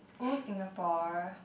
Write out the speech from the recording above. old Singapore